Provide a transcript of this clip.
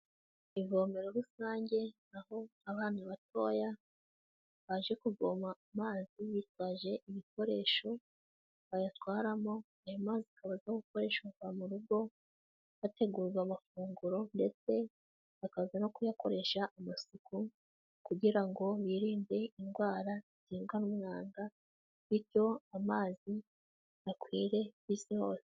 Ivomero rusange aho abana batoya baje kuvoma amazi bitwaje ibikoresho bayatwaramo, ayo mazi akaba akoreshwa mu rugo hategurwa amafunguro ndetse bakaza no kuyakoresha amasuku kugira ngo birinde indwara ziterwa n'umwanda bityo amazi akwire ku isi hose.